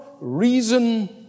reason